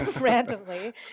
randomly